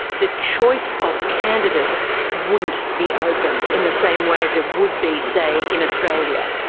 the choice of candidates wouldn't be open in the same way as it would be, say, in australia.